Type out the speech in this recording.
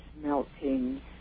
melting